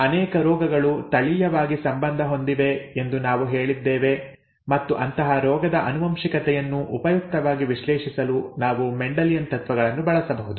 ಅನೇಕ ರೋಗಗಳು ತಳೀಯವಾಗಿ ಸಂಬಂಧ ಹೊಂದಿವೆ ಎಂದು ನಾವು ಹೇಳಿದ್ದೇವೆ ಮತ್ತು ಅಂತಹ ರೋಗದ ಆನುವಂಶಿಕತೆಯನ್ನು ಉಪಯುಕ್ತವಾಗಿ ವಿಶ್ಲೇಷಿಸಲು ನಾವು ಮೆಂಡೆಲಿಯನ್ ತತ್ವಗಳನ್ನು ಬಳಸಬಹುದು